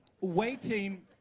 waiting